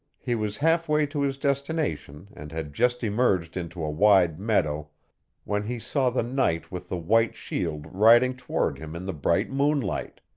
he was halfway to his destination and had just emerged into a wide meadow when he saw the knight with the white shield riding toward him in the bright moonlight.